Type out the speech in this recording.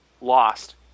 lost